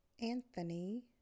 Anthony